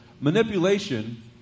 Manipulation